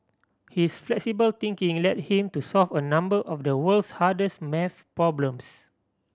his flexible thinking led him to solve a number of the world's hardest maths problems